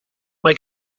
mae